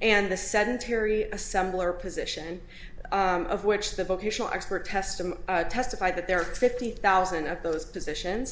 and a sedentary assembler position of which the vocational expert testimony testified that there are fifty thousand of those positions